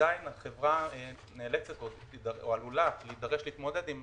עדין החברה נאלצת או עלולה להידרש להתמודד עם